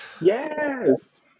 Yes